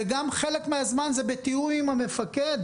וגם חלק מהזמן זה בתיאום עם המפקד: